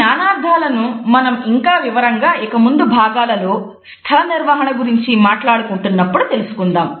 ఈ నానార్ధాలను మనం ఇంకా వివరంగా ఇకముందు భాగాలలో స్థల నిర్వహణ గురించి మాట్లాడుకుంటున్నప్పుడు తెలుసుకుంటాం